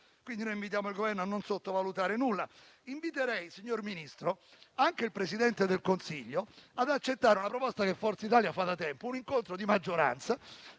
Noi invitiamo il Governo a non sottovalutare nulla. Inviterei il signor Ministro e anche il Presidente del Consiglio ad accettare una proposta che Forza Italia fa da tempo: un incontro di maggioranza